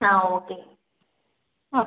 ആ ഓക്കെ ആ